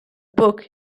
book